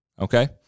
Okay